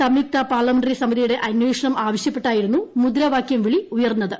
സംയുക്ത പാർലമെന്ററി സമിതിയുടെ അന്വേഷണം ആവശ്യപ്പെട്ടായിരുന്നു മുദ്രാവാകൃം വിളി ഉയർന്നത്